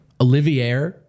Olivier